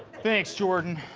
thanks, jordan.